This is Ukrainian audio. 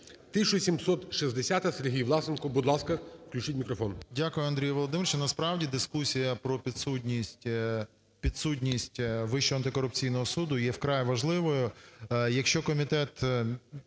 Дякую, Андрію Володимировичу. Насправді дискусія про підсудність Вищого антикорупційного суду є вкрай важливою.